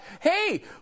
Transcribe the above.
hey